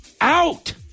Out